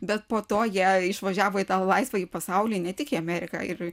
bet po to jie išvažiavo į tą laisvąjį pasaulį ne tik į ameriką ir